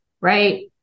Right